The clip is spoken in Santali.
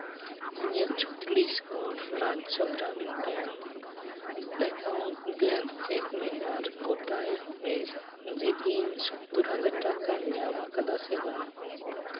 ᱤᱧᱟᱹᱜ ᱪᱷᱚᱛᱨᱤᱥᱜᱚᱲ ᱨᱟᱡᱡᱚ ᱜᱨᱟᱢᱤᱱ ᱵᱮᱝᱠ ᱮᱠᱟᱣᱩᱱᱴ ᱵᱮᱞᱮᱱᱥ ᱪᱮᱠ ᱢᱮ ᱟᱨ ᱜᱳᱴᱟᱭ ᱢᱮ ᱡᱮ ᱤᱧ ᱥᱳᱛᱛᱳᱨ ᱦᱟᱡᱟᱨ ᱴᱟᱠᱟᱧ ᱧᱟᱢ ᱟᱠᱟᱫᱟ ᱥᱮ ᱵᱟᱝ